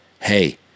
hey